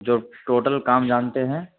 جو ٹوٹل کام جانتے ہیں